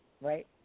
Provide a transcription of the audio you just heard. right